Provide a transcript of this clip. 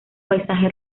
paisaje